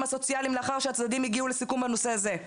הסוציאליים לאחר שהצדדים הגיעו לסיכום בנושא הזה.